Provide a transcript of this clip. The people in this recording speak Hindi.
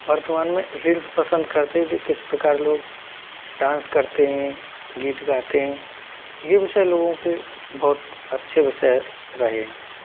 वर्तमान में रील्स पसंद करते हैं कि किस प्रकार लोग डांस करते हैं गीत गाते हैं यह विषय लोगों के बहुत अच्छे विषय रहे हैं